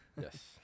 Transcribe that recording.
Yes